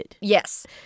Yes